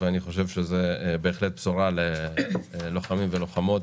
ואני חושב שזו בהחלט צורה ללוחמים וללוחמות